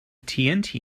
tnt